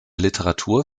literatur